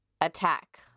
attack